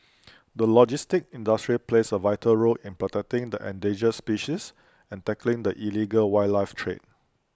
the logistics industry plays A vital role in protecting the endangered species and tackling the illegal wildlife trade